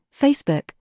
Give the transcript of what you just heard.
Facebook